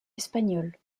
espagnol